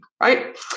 right